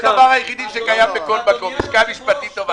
זה הדבר היחיד שקיים בכל מקום, לשכה משפטית טובה.